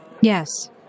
Yes